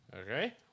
Okay